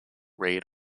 raid